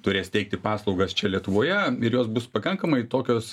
turės teikti paslaugas čia lietuvoje ir jos bus pakankamai tokios